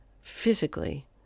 physically